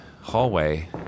hallway